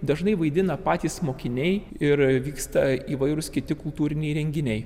dažnai vaidina patys mokiniai ir vyksta įvairūs kiti kultūriniai renginiai